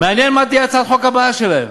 מעניין מה תהיה הצעת חוק הבאה שלהם.